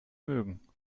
mögen